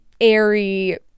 airy